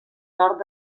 nord